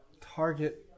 target